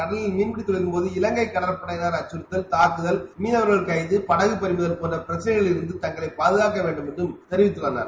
கடலில் மீன்பிடி தொழிலின்போது இலங்கை கடற்படையினரின் அச்கறுத்தல் தாக்குதல் மீனவர்கள் கைது படகு பறிமுதல் போன்ற பிரச்சினைகளிலிருந்து தங்களை பாதுகாக்க வேண்டும் என்றம் தெரிவித்துள்ளனர்